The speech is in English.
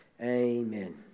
Amen